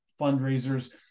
fundraisers